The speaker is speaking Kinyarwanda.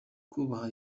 kubaha